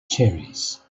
cherries